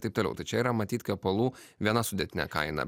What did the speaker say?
taip toliau tačiau yra matyt kvepalų viena sudėtinė kaina